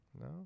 No